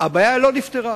הבעיה לא נפתרה.